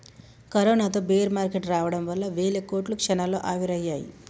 కరోనాతో bear market రావడం వల్ల వేల కోట్లు క్షణాల్లో ఆవిరయ్యాయి